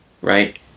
right